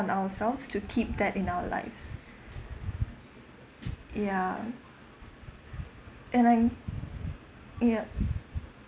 on ourselves to keep that in our lives ya and I yup